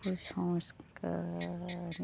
কুসংস্কার